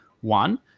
One